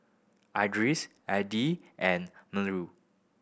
Idris Adi and Melur